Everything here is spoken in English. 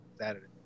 Saturday